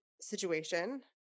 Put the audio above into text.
situation